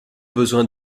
besoin